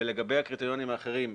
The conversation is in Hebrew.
לגבי הקריטריונים האחרים,